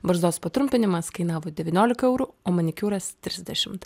barzdos patrumpinimas kainavo devyniolika eurų o manikiūras trisdešimt